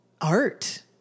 art